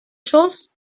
choses